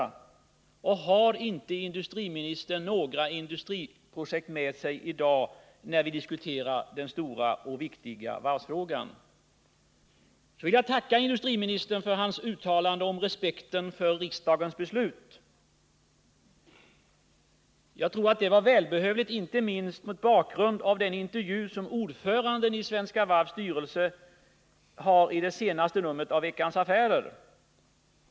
Har verkligen inte industriministern några industriprojekt med sig i dag, när vi diskuterar den stora och viktiga varvsfrågan? Jag tackar industriministern för hans uttalande om respekten för riksdagens beslut. Jag tror att det var välbehövligt, inte minst mot bakgrund av den intervju som ordföranden i Svenska Varvs styrelse ger i det senaste numret av Veckans Affärer.